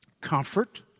comfort